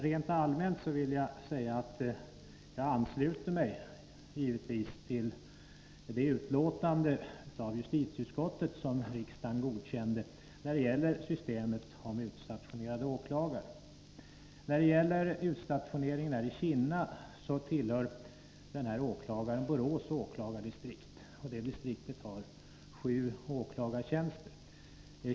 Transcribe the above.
Rent allmänt vill jag säga att jag givetvis ansluter mig till vad som framhålls i det utlåtande från justitieutskottet som riksdagen godkände när det gäller systemet med utstationerade åklagare. När det gäller utstationeringen i Kinna kan nämnas att denna åklagare tillhör Borås åklagardistrikt. Det distriktet har sju åklagartjänster.